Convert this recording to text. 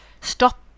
stop